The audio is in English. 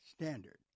standard